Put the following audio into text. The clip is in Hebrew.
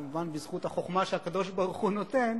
כמובן בזכות החוכמה שהקדוש-ברוך-הוא נותן,